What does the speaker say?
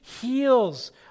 heals